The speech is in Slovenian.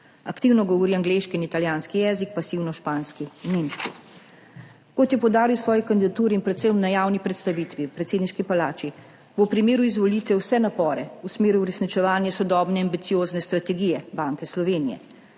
Aktivno govori angleški in italijanski jezik, pasivno španski in nemški. Kot je poudaril v svoji kandidaturi in predvsem na javni predstavitvi v predsedniški palači, bo v primeru izvolitve vse napore usmeril v uresničevanje sodobne, ambiciozne strategije Banke Slovenije.